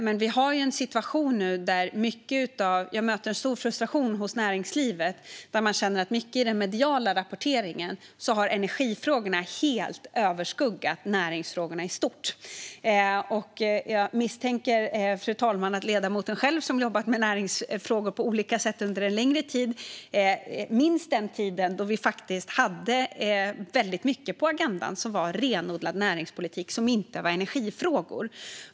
Men vi har ju en situation nu där jag möter stor frustration hos näringslivet, där man känner att i mediernas rapportering har energifrågorna helt överskuggat näringsfrågorna i stort. Jag misstänker att ledamoten själv, som jobbat med näringsfrågor på olika sätt under en längre tid, minns den tid då vi faktiskt hade väldigt mycket på agendan som var renodlad näringspolitik och inte energifrågor.